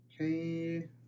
Okay